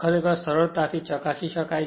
ખરેખર સરળતાથી ચકાસી શકાય છે